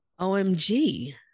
OMG